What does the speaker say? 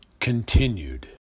continued